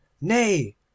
nay